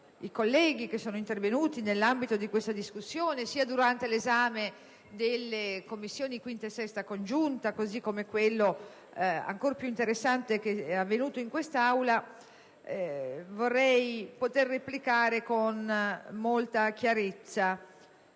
ai colleghi intervenuti nell'ambito di questa discussione, sia durante l'esame delle Commissioni 5a e 6a riunite, così come in quello ancor più interessante avvenuto in quest'Aula, vorrei poter replicare con molta chiarezza